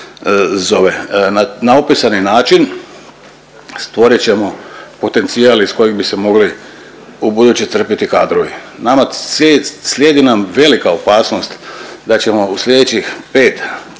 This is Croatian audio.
Na opisani način stvorit ćemo potencijal iz kojeg bi se mogli ubuduće crpiti kadrovi. Nama sli…, slijedi nam velika opasnost da ćemo u slijedećih 5,